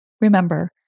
Remember